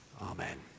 Amen